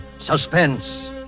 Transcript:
Suspense